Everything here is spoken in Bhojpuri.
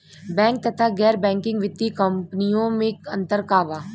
बैंक तथा गैर बैंकिग वित्तीय कम्पनीयो मे अन्तर का बा?